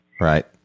Right